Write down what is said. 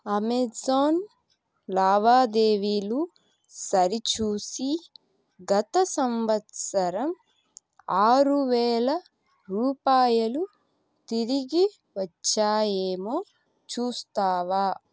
Amazon లావాదేవీలు సరిచూసి గత సంవత్సరం ఆరు వేల రూపాయలు తిరిగి వచ్చాయేమో చూస్తావా